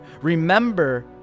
Remember